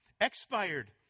expired